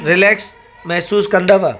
relax महिसूसु कंदव